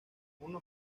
uno